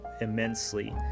immensely